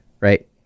right